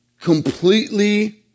completely